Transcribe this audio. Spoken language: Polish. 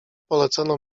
polecono